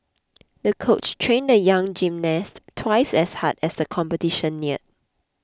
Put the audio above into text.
the coach trained the young gymnast twice as hard as the competition neared